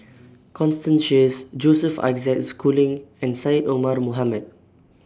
Constance Sheares Joseph Isaac Schooling and Syed Omar Mohamed